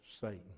Satan